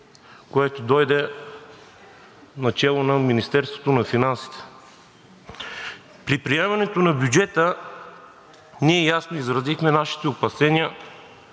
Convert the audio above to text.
което дойде начело на Министерството на финансите. При приемането на бюджета ние ясно изразихме нашите опасения.